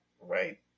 right